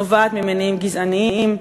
נובעת ממניעים גזעניים.